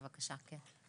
בבקשה, כן.